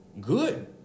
good